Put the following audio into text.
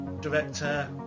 director